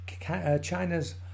China's